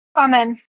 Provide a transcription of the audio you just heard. Amen